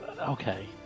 Okay